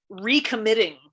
recommitting